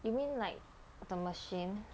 you mean like the machine